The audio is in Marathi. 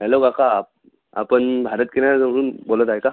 हॅलो काका आपण भारत किराणा जवळून बोलत आहे का